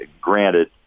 granted